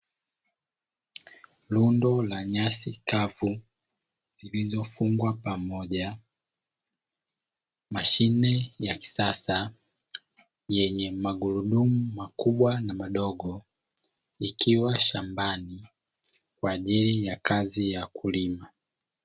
Rundo la nyasi kavu zilizofungwa pamoja, mashine ya kisasa yenye magurudumu makubwa na madogo, ikiwa shambani kwa ajili ya kazi ya kulima.